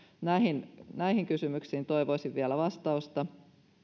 näihin näihin kysymyksiin toivoisin vielä vastausta